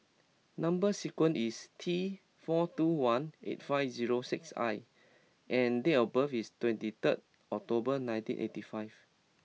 number sequence is T four two one eight five zero six I and date of birth is twenty third October nineteen eighty five